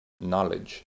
knowledge